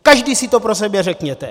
Každý si to pro sebe řekněte!